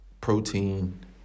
protein